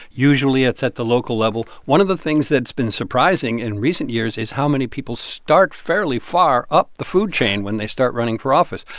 usually, it's at the local level. one of the things that's been surprising in recent years is how many people start fairly far up the food chain when they start running for office,